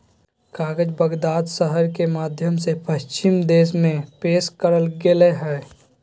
कागज बगदाद शहर के माध्यम से पश्चिम देश में पेश करल गेलय हइ